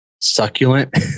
succulent